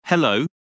Hello